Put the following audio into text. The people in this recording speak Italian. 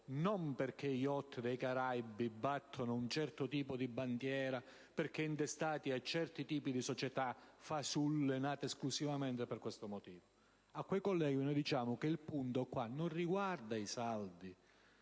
non perché alcuni *yacht* dei Caraibi battono un certo tipo di bandiera, perché intestati a qualche società fasulla nata esclusivamente per questo motivo. A quei colleghi noi diciamo che il punto non riguarda i saldi,